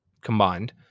Combined